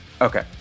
Okay